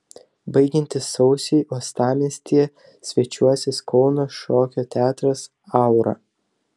baigiantis sausiui uostamiestyje svečiuosis kauno šokio teatras aura